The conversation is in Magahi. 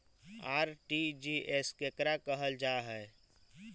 आर.टी.जी.एस केकरा कहल जा है?